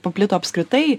paplito apskritai